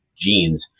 genes